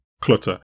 clutter